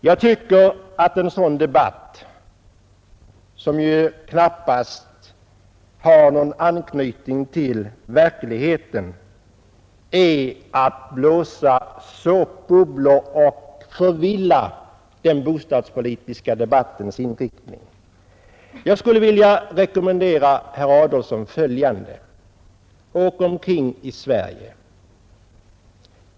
Jag tycker att en sådan debatt, som ju knappast har någon anknytning till verkligheten, är att blåsa såpbubblor och förvilla den bostadspolitiska debattens inriktning. Jag skulle vilja rekommendera herr Adolfsson följande: Åk omkring i Sverige.